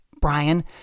Brian